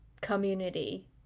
community